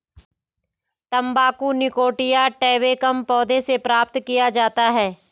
तंबाकू Nicotiana tabacum पौधे से प्राप्त किया जाता है